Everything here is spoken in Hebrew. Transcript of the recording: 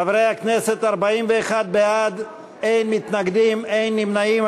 חברי הכנסת, 41 בעד, אין מתנגדים, אין נמנעים.